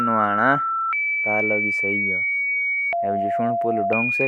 नहीं देखा तुमने।